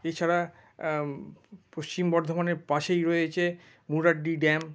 এছাড়া পশ্চিম বর্ধমানের পাশেই রয়েছে মুরাড্ডি ড্যাম